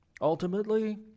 Ultimately